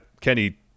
Kenny